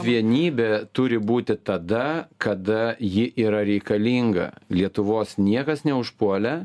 vienybė turi būti tada kada ji yra reikalinga lietuvos niekas neužpuolė